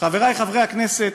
חברי חברי הכנסת,